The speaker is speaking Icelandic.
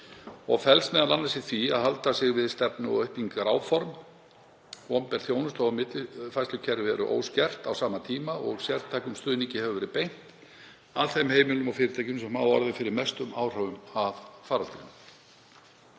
og felst m.a. í því að halda sig við stefnu og uppbyggingaráform. Opinber þjónusta og millifærslukerfi eru óskert á sama tíma og sértækum stuðningi hefur verið beint að þeim heimilum og fyrirtækjum sem hafa orðið fyrir mestum áhrifum af faraldrinum.